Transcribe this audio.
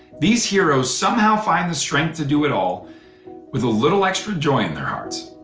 these heroes somehow find the strength to do it all with a little extra joy in their hearts.